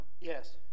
Yes